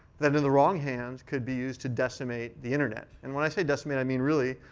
that in the wrong hands, could be used to decimate the internet. and when i say decimate, i mean really,